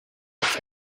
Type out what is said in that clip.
for